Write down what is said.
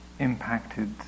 impacted